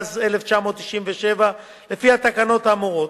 התשנ"ז 1997. לפי התקנות האמורות,